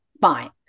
fine